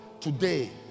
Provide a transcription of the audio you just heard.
today